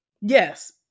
Yes